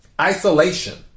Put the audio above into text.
Isolation